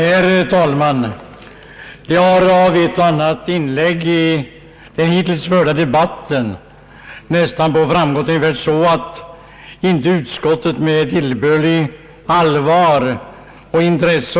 Herr talman! I ett och annat inlägg i den hittills förda debatten har det nästan påståtts att utskottet inte sett på detta ärende med tillbörligt allvar och intresse.